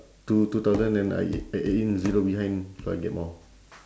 two two thousand and I add in zero behind so I get more